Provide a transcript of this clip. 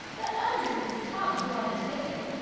but earnest of his tongue to one that's with him.